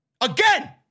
Again